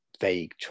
vague